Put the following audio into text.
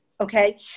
Okay